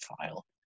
file